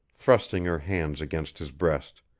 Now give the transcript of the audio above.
thrusting her hands against his breast,